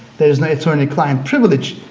there's no attorney-client privilege,